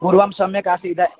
पूर्वं सम्यक् आसीत्